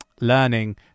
learning